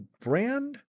brand